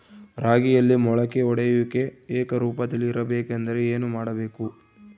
ರಾಗಿಯಲ್ಲಿ ಮೊಳಕೆ ಒಡೆಯುವಿಕೆ ಏಕರೂಪದಲ್ಲಿ ಇರಬೇಕೆಂದರೆ ಏನು ಮಾಡಬೇಕು?